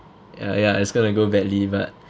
ya ya it's going to go badly but